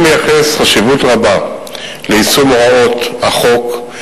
אני מייחס חשיבות רבה ליישום הוראות החוק,